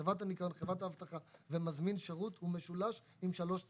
חברת הניקיון וחברת האבטחה ומזמין השירות הוא משולש עם שלוש צלעות.